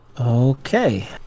Okay